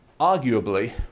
arguably